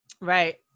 Right